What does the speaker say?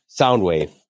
Soundwave